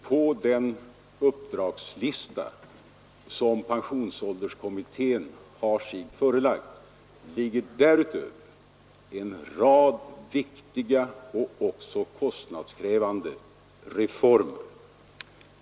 På den uppdragslista som pensionsålderskommittén har sig förelagd står därutöver en rad viktiga och också kostnadskrävande reformer.